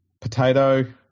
Potato